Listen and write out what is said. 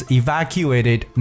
evacuated